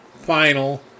final